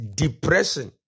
depression